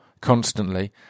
constantly